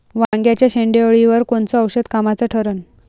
वांग्याच्या शेंडेअळीवर कोनचं औषध कामाचं ठरन?